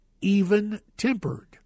Even-tempered